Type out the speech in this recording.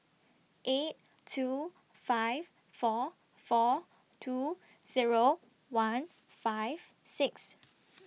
eight two five four four two Zero one five six